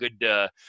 good –